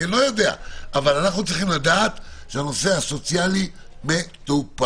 אבל אנו צריכים לדעת שהנושא הסוציאלי מטופל.